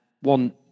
one